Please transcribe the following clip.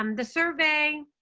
um the survey